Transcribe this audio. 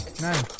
No